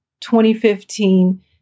2015